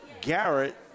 Garrett